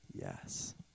yes